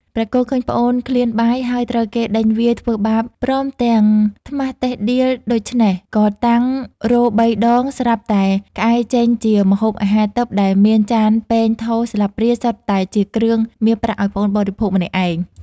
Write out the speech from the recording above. ព្រះគោឃើញប្អូនឃ្លានបាយ ហើយត្រូវគេដេញវាយ ធ្វើបាបព្រមទាំងត្មះតេះដៀលដូច្នេះ ក៏តាំងរោទិ៍បីដងស្រាប់តែក្អែចេញជាម្ហូបអាហារទិព្វដែលមានចាន ពែង ថូ ស្លាបព្រា សុទ្ធតែជាគ្រឿងមាសប្រាក់ឲ្យប្អូនបរិភោគម្នាក់ឯង ។